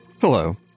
Hello